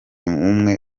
umwe